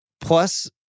plus